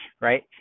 right